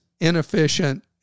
inefficient